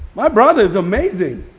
my brother's amazing.